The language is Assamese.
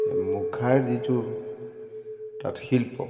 এই মুখাৰ যিটো তাত শিল্প